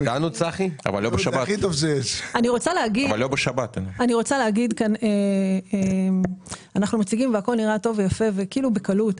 מציגים והכול נראה טוב ויפה ונראה כאילו הכול נעשה בקלות.